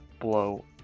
blow